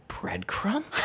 Breadcrumbs